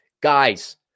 guys